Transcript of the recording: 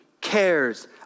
cares